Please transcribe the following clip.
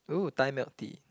oh Thai milk tea